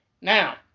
Now